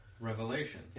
revelation